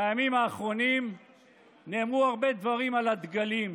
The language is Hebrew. בימים האחרונים נאמרו הרבה דברים על הדגלים,